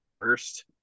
first